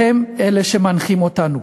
והם שמנחים אותנו.